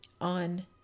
on